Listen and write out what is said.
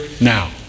now